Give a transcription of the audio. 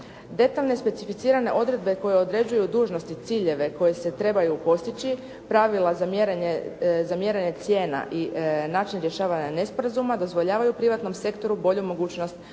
Detaljne specificirane odredbe koje određuju dužnosti i ciljeve koji se trebaju postići, pravila za mjerenje cijena i način rješavanja nesporazuma dozvoljavaju privatnom sektoru bolju mogućnost